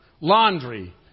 laundry